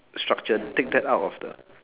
structure take that out of the